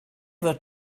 fod